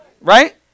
Right